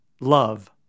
Love